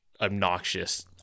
obnoxious